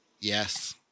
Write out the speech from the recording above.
Yes